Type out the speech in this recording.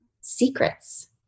secrets